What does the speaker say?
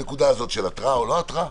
התראה או לא התראה,